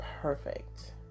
perfect